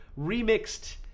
remixed